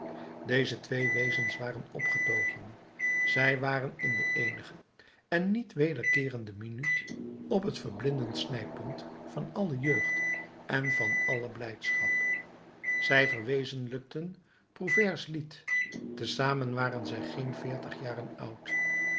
deze twee wezens waren opgetogen zij waren in de eenige en niet wederkeerende minuut op het verblindend snijpunt van alle jeugd en van alle blijdschap zij verwezenlijkten prouvaires lied te zamen waren zij geen veertig jaren oud